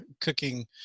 cooking